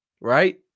Right